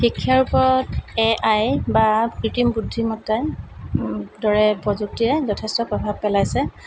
শিক্ষাৰ ওপৰত A I বা কৃতিম বুদ্ধিমত্তাই দৰে প্ৰযুক্তিৰে যথেষ্ট প্ৰভাৱ পেলাইছে